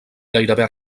gairebé